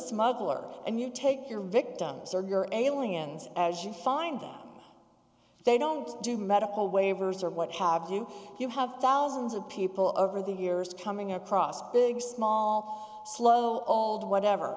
smuggler and you take your victims or your ailing ends as you find them they don't do medical waivers or what have you you have thousands of people over the years coming across big small slow old whatever